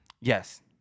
Yes